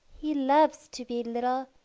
he loves to be little,